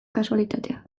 kasualitatea